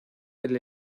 del